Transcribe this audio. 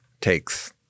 takes